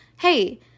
hey